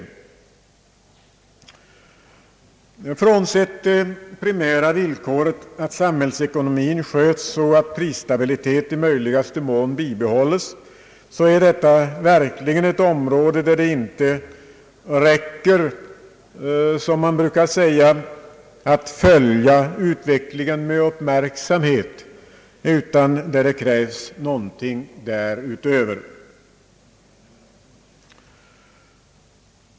Frånsett det primära villkoret att samhällsekonomin sköts och att prisstabilitet i möjligaste mån bibehålls är detta verkligen ett område där det inte räcker att följa utvecklingen med uppmärksamhet, utan där det krävs någonting mera.